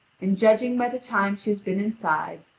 and judging by the time she has been inside,